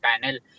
panel